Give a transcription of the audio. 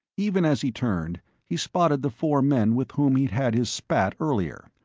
even as he turned, he spotted the four men with whom he'd had his spat earlier.